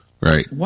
right